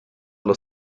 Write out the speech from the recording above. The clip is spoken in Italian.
allo